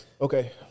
Okay